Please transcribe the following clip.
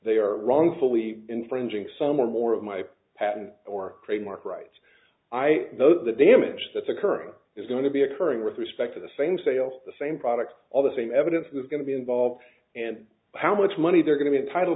they are wrongfully infringing some or more of my patent or trademark rights i though the damage that's occurring is going to be occurring with respect to the same sales the same products all the same evidence it's going to be involved and how much money they're going to